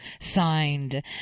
signed